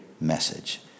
message